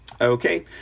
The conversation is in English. Okay